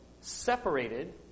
separated